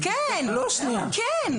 כן, כן.